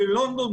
בלונדון,